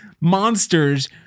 monsters